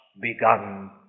begun